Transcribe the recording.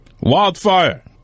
Wildfire